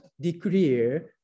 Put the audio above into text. declare